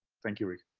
thank you rick.